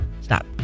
Stop